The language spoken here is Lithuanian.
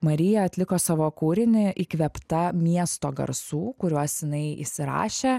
marija atliko savo kūrinį įkvėptą miesto garsų kuriuos jinai įsirašė